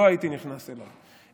לא הייתי נכנס אליו.